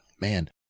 man